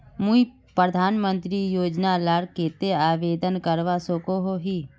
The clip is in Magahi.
मुई प्रधानमंत्री योजना लार केते आवेदन करवा सकोहो ही?